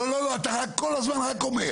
לא, לא, אתה כל הזמן רק אומר.